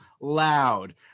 loud